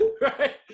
Right